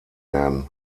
werden